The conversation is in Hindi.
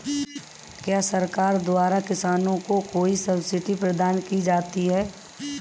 क्या सरकार द्वारा किसानों को कोई सब्सिडी प्रदान की जाती है?